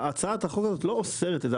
הצעת החוק הזאת לא אוסרת את זה.